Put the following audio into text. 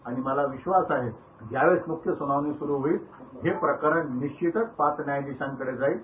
आणि मला विश्वास आहे ज्यावेळी पुढची सुनावणी होईल हे प्रकरण निश्चीतच पाच न्यायधीशांकडे जाईल